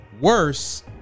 worse